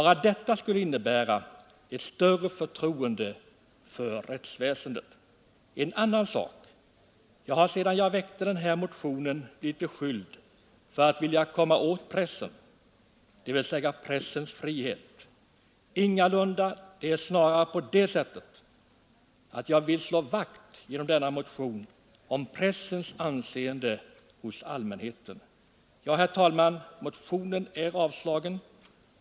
Bara detta skulle innebära ett större förtroende för rättsväsendet. En annan sak. Jag har sedan jag väckte den här motionen blivit beskylld för att vilja komma åt pressen, dvs. pressens frihet. Ingalunda! Det är snarare på det sättet att jag genom denna motion velat slå vakt om pressens anseende hos allmänheten. Herr talman! Motionen har avstyrkts.